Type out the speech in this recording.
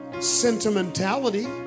sentimentality